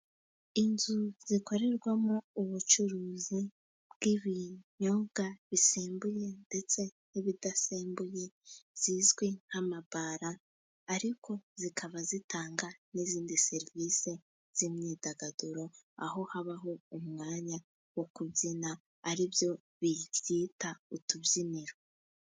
Inzu zikorerwamo ubucuruzi bw'ibyobwa bisembuye, ndetse n'ibidasembuye zizwi nk'amabara. Ariko zikaba zitanga n'izindi serivisi z'imyidagaduro, aho habaho umwanya wo kubyina ari byo byitwa utubyiniro.